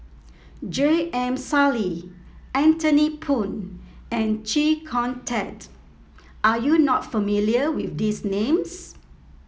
J M Sali Anthony Poon and Chee Kong Tet are you not familiar with these names